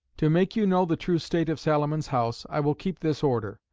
to make you know the true state of salomon's house, i will keep this order.